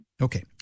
Okay